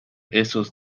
esos